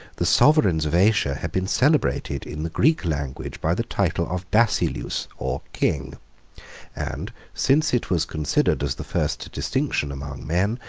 the sovereigns of asia had been celebrated in the greek language by the title of basileus, or king and since it was considered as the first distinction among men,